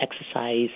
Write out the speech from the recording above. exercise